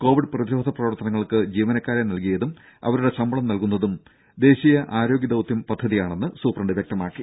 Covid പ്രതിരോധ പ്രവർത്തനങ്ങൾക്ക് ജീവനക്കാരെ നൽകിയതും അവരുടെ ശമ്പളം നൽകുന്നതും ദേശീയ ആരോഗ്യ ദൌത്യം പദ്ധതിയാണെന്നും സൂപ്രണ്ട് വ്യക്തമാക്കി